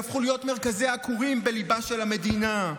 שהפכו להיות מרכזי עקורים בליבה של המדינה?